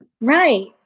Right